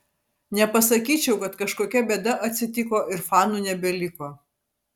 nepasakyčiau kad kažkokia bėda atsitiko ir fanų nebeliko